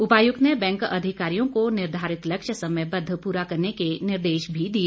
उपायुक्त ने बैंक अधिकारियों का निर्धारित लक्ष्य समयबद्ध पूरा करने के निर्देश भी दिए